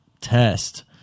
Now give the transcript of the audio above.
test